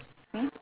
hmm